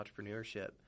entrepreneurship